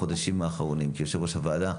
כיושב ראש הוועדה,